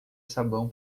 sabão